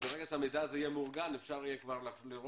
ברגע שהמידע הזה יהיה מאורגן, אפשר יהיה כבר לחשוב